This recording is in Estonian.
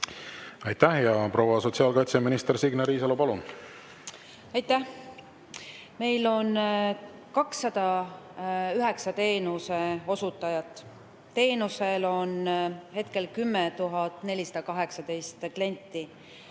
Aitäh! Proua sotsiaalkaitseminister Signe Riisalo, palun! Aitäh! Meil on 209 teenuseosutajat. Teenusel on hetkel 10 418 klienti.